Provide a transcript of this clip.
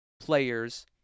players